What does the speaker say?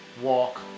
walk